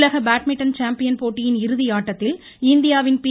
உலக badminton champion போட்டியின் இறுதி ஆட்டத்தில்இந்தியாவின் பி